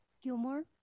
Gilmore